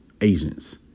agents